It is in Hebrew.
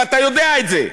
ואתה יודע את זה,